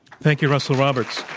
thank you, russell roberts.